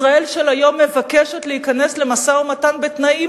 ישראל של היום מבקשת להיכנס למשא-ומתן בתנאים